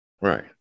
right